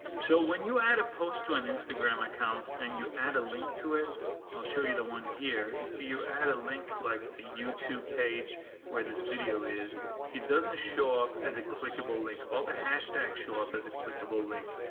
so when you add a post to an instagram account, and you add a link to it i'll show you the one here, if you you add a link like a youtube page where this video is it doesn't show up as a clickable link. all the hashtags show up as a clickable link,